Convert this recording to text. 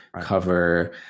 cover